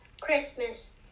Christmas